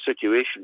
situation